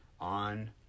on